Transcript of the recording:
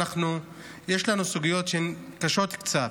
יש לנו סוגיות שהן קצת קשות.